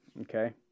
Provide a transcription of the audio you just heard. okay